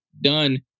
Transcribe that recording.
Done